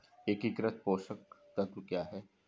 एकीकृत पोषक तत्व क्या है?